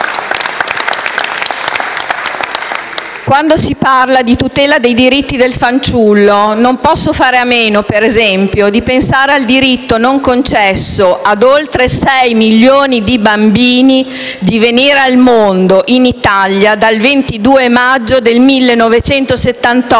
Quando si parla di tutela dei diritti del fanciullo non posso fare a meno, per esempio, di pensare al diritto non concesso a oltre 6 milioni di bambini di venire al mondo in Italia dal 22 maggio del 1978